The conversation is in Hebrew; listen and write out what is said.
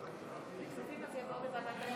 לכספים אנחנו רוצים.